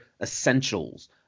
essentials